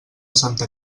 santa